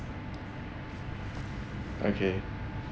okay